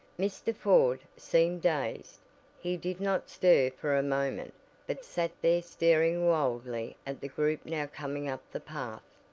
mr. ford seemed dazed he did not stir for a moment but sat there staring wildly at the group now coming up the path.